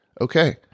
Okay